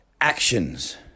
actions